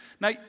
Now